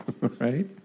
Right